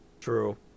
True